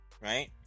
right